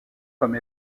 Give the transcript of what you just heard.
comme